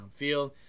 downfield